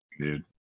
dude